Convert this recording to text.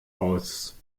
aus